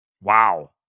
Wow